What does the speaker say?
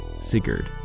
Sigurd